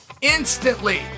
instantly